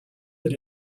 that